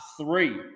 three